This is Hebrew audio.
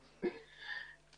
כן.